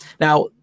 Now